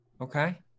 Okay